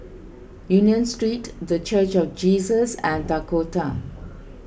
Union Street the Church of Jesus and Dakota